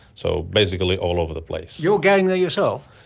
so basically all over the place. you're going there yourself?